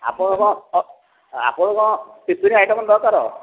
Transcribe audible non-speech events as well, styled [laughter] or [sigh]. ଆପଣ କ'ଣ ଆପଣ କ'ଣ [unintelligible] ଆଇଟମ୍ ଦରକାର